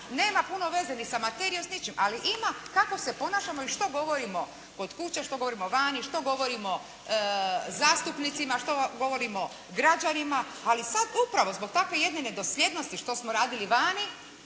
nema puno veze ni sa materijom ni s ničim ali ima kako se ponašamo i što govorimo kod kuće, što govorimo vani, što govorimo zastupnicima, što govorimo građanima. Ali sada upravo zbog takve jedne nedosljednosti što smo radili vani